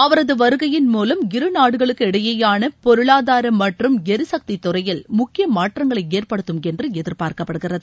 அவரது வருகையின் மூலம் இருநாடுகளுக்கு இடையேயான பொருளாதாரம் மற்றும் எரிசக்தித்துறையில் முக்கிய மாற்றங்களை ஏற்படுத்தும் என்று எதிர்பார்க்கப்படுகிறது